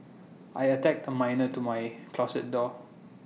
I attached A mirror to my closet door